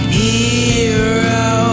hero